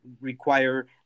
require